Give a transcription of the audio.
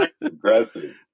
Aggressive